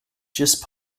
just